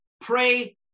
pray